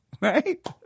Right